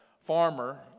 farmer